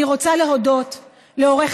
אני רוצה להודות לשרה